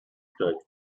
kite